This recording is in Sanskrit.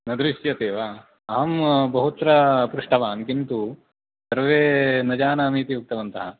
न दृश्यते वा अहं बहुत्र पृष्टवान् किन्तु सर्वे न जानामि इति उक्तवन्तः